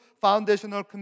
foundational